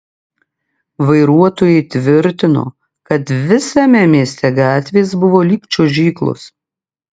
vairuotojai tvirtino kad visame mieste gatvės buvo lyg čiuožyklos